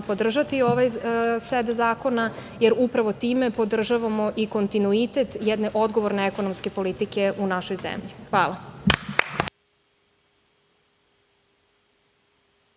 podržati ovaj set zakona, jer upravo time podržavamo i kontinuitet jedne odgovorne ekonomske politike u našoj zemlji. Hvala.